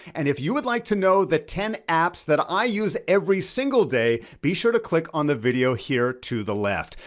and if you would like to know the ten apps that i use every single day, be sure to click on the video here to the left.